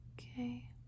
Okay